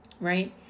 Right